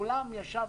עם כולם ישבנו,